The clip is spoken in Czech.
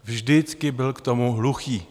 Vždycky byl k tomu hluchý.